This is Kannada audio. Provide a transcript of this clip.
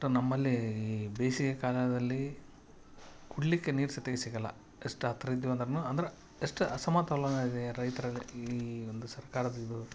ಒಟ್ಟು ನಮ್ಮಲ್ಲಿ ಬೇಸಿಗೆ ಕಾಲದಲ್ಲಿ ಕುಡಿಲಿಕ್ಕೆ ನೀರು ಸಹಿತ ಸಿಗಲ್ಲ ಎಷ್ಟು ಹತ್ತಿರ ಇದ್ದೀವಿ ಅಂದರು ಅಂದ್ರೆ ಎಷ್ಟು ಅಸಮತೋಲನ ಇದೆ ರೈತರಲ್ಲಿ ಈ ಒಂದು ಸರ್ಕಾರದ ಇದು